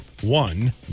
one